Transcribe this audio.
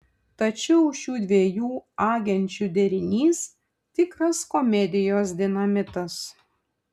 tačiau šių dviejų agenčių derinys tikras komedijos dinamitas